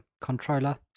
controller